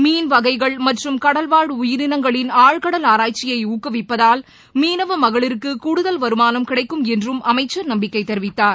மீன் வகைகள் மற்றும் கடல்வாழ் உயிரினங்களின் ஆழ்கடல் ஆராய்ச்சியை ஊக்குவிப்பதால் மீனவ மகளிருக்கு கூடுதல் வருமானம் கிடைக்கும் என்றும் அமைச்சர் நம்பிக்கை தெரிவித்தார்